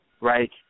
right